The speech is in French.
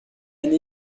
année